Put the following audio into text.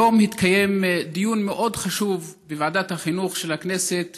היום התקיים דיון מאוד חשוב בוועדת החינוך של הכנסת